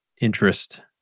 interest